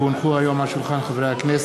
כי הונחו היום על שולחן הכנסת,